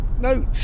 no